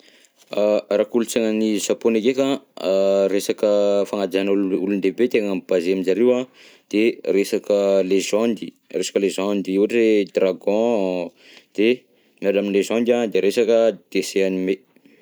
Raha kolonsainan'ny zaponey ndraika, resaka fagnajana olo- olon-dehibe tena mi-baser amizareo an, de resaka légende, resaka légende ohatra hoe dragon, de miala amy légende de resaka dessin animé.